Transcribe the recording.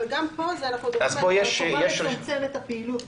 אבל גם פה אנחנו מדברים על החובה לצמצם את הפעילות,